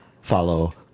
follow